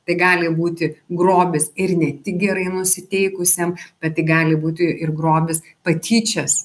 tai gali būti grobis ir ne tik gerai nusiteikusiam bet tai gali būti ir grobis patyčias